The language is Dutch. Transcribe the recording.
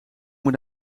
moet